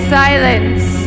silence